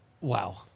Wow